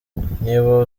niba